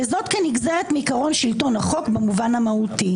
וזאת כנגזרת מעיקרון שלטון החוק במובן המהותי.